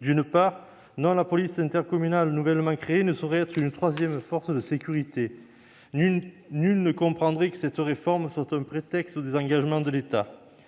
Non, la police intercommunale nouvellement créée ne saurait être une troisième force de sécurité ! Nul ne comprendrait que cette réforme soit un prétexte au désengagement de l'État.